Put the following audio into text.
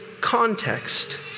context